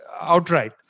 outright